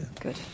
Good